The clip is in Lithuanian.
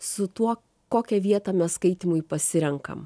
su tuo kokią vietą mes skaitymui pasirenkam